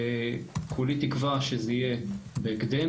כולי תקווה שזה יהיה בהקדם.